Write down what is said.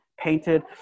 painted